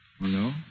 no